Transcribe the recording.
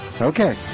Okay